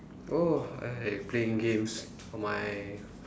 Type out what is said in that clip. oh I playing games on my